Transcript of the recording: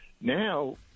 Now